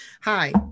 hi